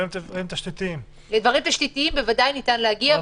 תשתיתיים בוודאי ניתן להגיע.